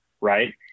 right